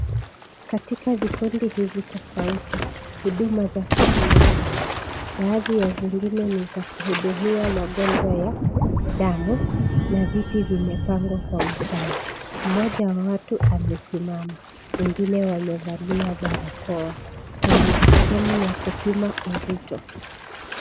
Katika vikundi hivi tofauti huduma zake zisawa baadhi ya zingine ni za kuhudumia magonjwa ya damu na viti vimepangwa kwa usawa mmoja wa watu amesimama wengine wamevalia barakoa kuna sehemu ya kupima uzito.